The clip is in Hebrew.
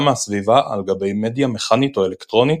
מהסביבה על גבי מדיה מכנית או אלקטרונית,